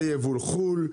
זה יבול חו"ל,